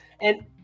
And-